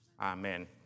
Amen